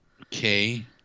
Okay